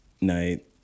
night